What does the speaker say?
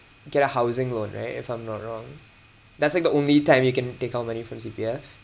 get a housing loan right if I'm not wrong that's like the only time you can take out money from C_P_F